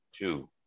two